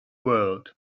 world